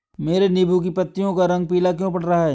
मेरे नींबू की पत्तियों का रंग पीला क्यो पड़ रहा है?